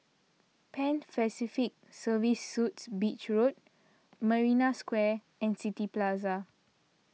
Pan Pacific Serviced Suites Beach Road Marina Square and City Plaza